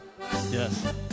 yes